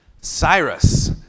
Cyrus